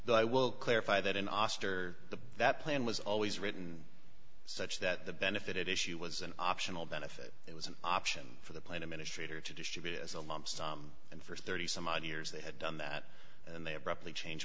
well i will clarify that in oster the that plan was always written such that the benefit issue was an optional benefit it was an option for the plane administrator to distribute as a lump sum and for thirty some odd years they had done that and they abruptly change